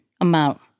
amount